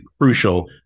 crucial